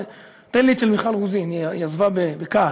תן לי את של מיכל רוזין, היא עזבה בכעס.